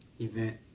event